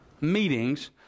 meetings